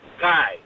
guy